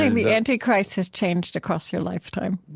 and the antichrist has changed across your lifetime?